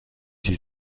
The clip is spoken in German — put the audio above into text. sie